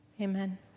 amen